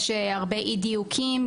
יש הרבה אי דיוקים,